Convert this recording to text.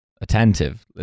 Attentive